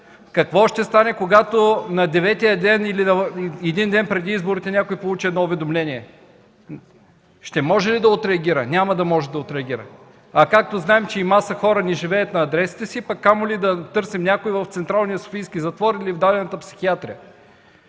Какво ще стане, когато на деветия ден, или един ден преди изборите някой получи уведомление? Ще може ли да отреагира? Няма да може да отреагира. Знаем, че маса хора не живеят на адресите си, камо ли да търсим някой в Централния софийски затвор или в дадената психиатрия!